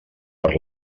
per